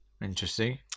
Interesting